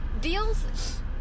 Deals